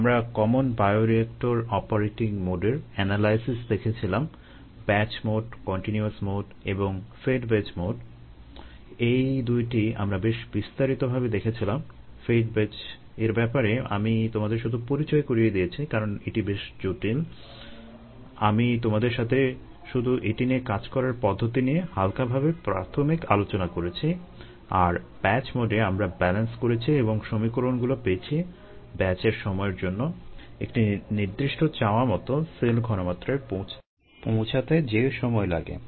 আমরা common bioreactor operating মোডের analysis করেছি এবং সমীকরণগুলো পেয়েছি ব্যাচের সময়ের জন্য একটি নির্দিষ্ট চাওয়ামতো সেল ঘনমাত্রায় পৌঁছাতে যে সময় লাগে